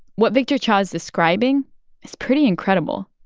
what victor cha is describing is pretty incredible.